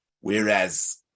Whereas